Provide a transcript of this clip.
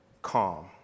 calm